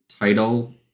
title